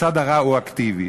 הצד הרע הוא אקטיבי.